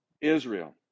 Israel